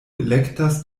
elektas